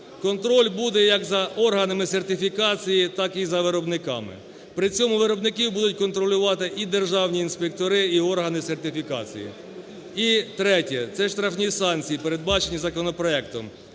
Контроль буде як за органами сертифікації, так і за виробниками. При цьому виробників будуть контролювати і державні інспектори і органи сертифікації. І третє. Це штрафні санкції, передбачені законопроектом.